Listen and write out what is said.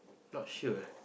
not sure